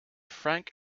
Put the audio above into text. franck